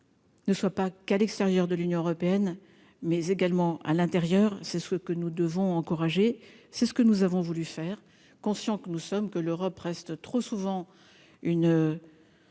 ne soit pas qu'à l'extérieur de l'Union européenne, mais également à l'intérieur, c'est ce que nous devons encourager, c'est ce que nous avons voulu faire conscient que nous sommes, que l'Europe reste trop souvent une